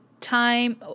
time